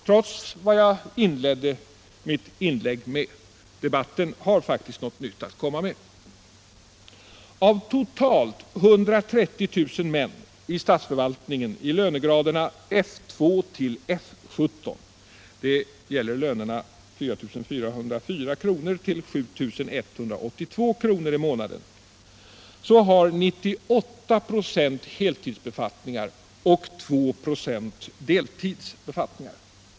Trots vad jag inledde mitt inlägg med — debatten har något nytt att komma med. Av totalt 130 000 män i statsförvaltningen i lönegraderna F2-F17 — det gäller lönerna 4 404—-7 182 kr. i månaden — har 98 96 heltidsbefattningar och 2 96 deltidsbefattningar.